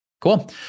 Cool